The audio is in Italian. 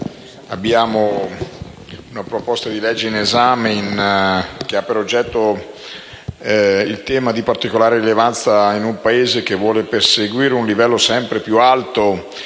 il disegno di legge in esame ha per oggetto un tema di particolare rilevanza per un Paese che vuole perseguire un livello sempre più alto